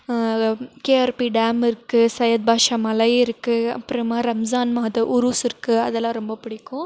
KRP dam இருக்கு சையத் பாஷா மலை இருக்கு அப்பறமாக ரம்ஜான் மாத உருஸ் இருக்கு அதெல்லாம் ரொம்ப பிடிக்கும்